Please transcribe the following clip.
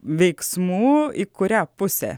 veiksmų į kurią pusę